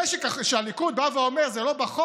זה שהליכוד בא ואומר "זה לא בחוק",